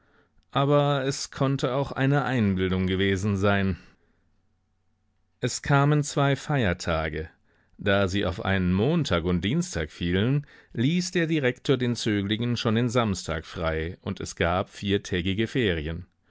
aber es konnte auch eine einbildung gewesen sein es kamen zwei feiertage da sie auf einen montag und dienstag fielen ließ der direktor den zöglingen schon den samstag frei und es gab viertägige ferien